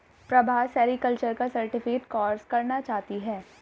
Prabha sericulture का certificate course करना चाहती है